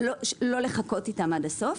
לא לחכות איתם עד הסוף.